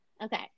Okay